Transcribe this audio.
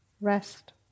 rest